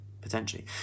potentially